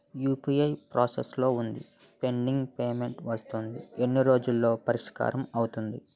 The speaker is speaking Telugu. యు.పి.ఐ ప్రాసెస్ లో వుందిపెండింగ్ పే మెంట్ వస్తుంది ఎన్ని రోజుల్లో పరిష్కారం అవుతుంది